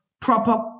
proper